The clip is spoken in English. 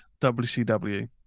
WCW